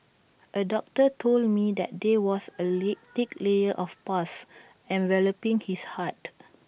A doctor told me that there was A leak thick layer of pus enveloping his heart